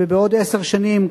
ובעוד עשר שנים,